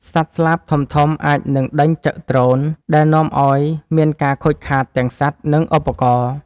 សត្វស្លាបធំៗអាចនឹងដេញចឹកដ្រូន ដែលនាំឱ្យមានការខូចខាតទាំងសត្វ និងឧបករណ៍។